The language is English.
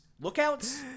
Lookouts